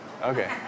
Okay